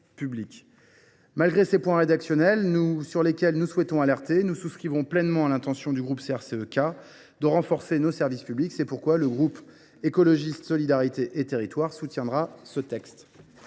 Malgré ces difficultés sur lesquelles nous souhaitons alerter, nous partageons pleinement la volonté du groupe CRCE K de renforcer nos services publics. C’est pourquoi le groupe Écologiste – Solidarité et Territoires soutiendra ce texte.